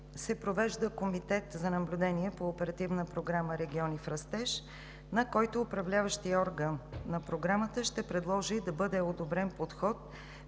се провежда Комитет за наблюдение по Оперативна програма „Региони в растеж“, на който Управляващият орган на Програмата ще предложи да бъде одобрен подход,